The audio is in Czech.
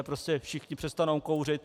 Prostě všichni přestanou kouřit.